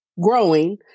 growing